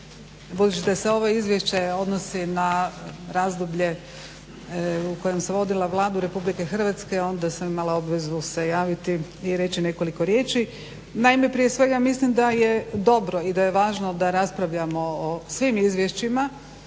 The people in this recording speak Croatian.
da se ovo izvješće odnosi na razdoblje u kojem sam vodila Vladu RH onda sam imala obvezu se javiti i reći nekoliko riječi. Naime prije svega ja mislim daje dobro i da je važno da raspravljamo o svim izvješćima